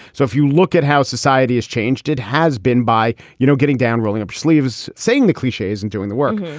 so if you look at how society has changed, it has been by, you know, getting down, rolling up our sleeves, saying the cliches and doing the work.